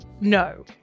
no